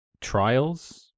Trials